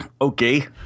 Okay